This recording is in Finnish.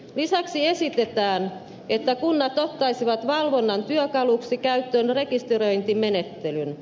lisäksi esitetään että kunnat ottaisivat valvonnan työkaluksi käyttöön rekisteröintimenettelyn